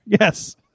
Yes